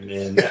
Man